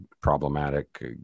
problematic